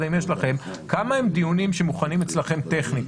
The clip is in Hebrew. אם יש לכם כמה דיונים מוכנים אצלכם טכנית?